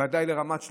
בוודאי לרמת שלמה,